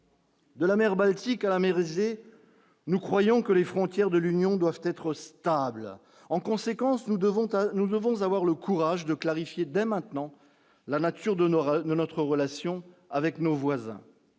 De la mer Baltique à la mer Égée, nous croyons que les frontières de l'Union doivent être stables en conséquence, nous devons nous devons avoir le courage de clarifier dès maintenant la nature de nos rêves, notre relation avec nos voisins,